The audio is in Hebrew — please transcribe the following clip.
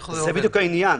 זה בדיוק העניין.